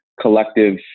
collective